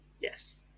Yes